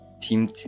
Team